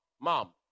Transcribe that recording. mom